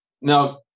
now